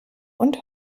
und